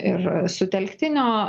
ir sutelktinio